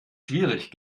schwierig